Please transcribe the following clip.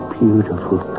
beautiful